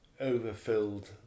overfilled